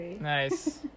nice